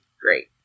great